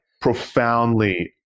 profoundly